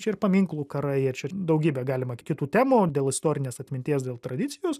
čia ir paminklų karai ir čia daugybę galimą kitų temų dėl istorinės atminties dėl tradicijos